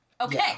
Okay